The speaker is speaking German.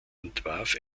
entwarf